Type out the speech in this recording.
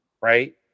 Right